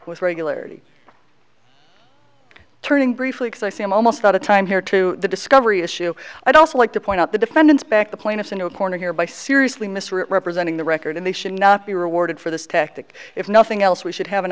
with regularity turning briefly because i see i'm almost out of time here to the discovery issue i'd also like to point out the defendants back the plaintiffs into a corner here by seriously misrepresenting the record and they should not be rewarded for this tactic if nothing else we should have an